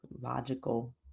logical